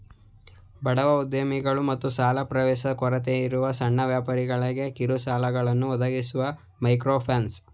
ಬಡವ ಉದ್ಯಮಿಗಳು ಮತ್ತು ಸಾಲ ಪ್ರವೇಶದ ಕೊರತೆಯಿರುವ ಸಣ್ಣ ವ್ಯಾಪಾರಿಗಳ್ಗೆ ಕಿರುಸಾಲಗಳನ್ನ ಒದಗಿಸುವುದು ಮೈಕ್ರೋಫೈನಾನ್ಸ್